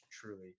truly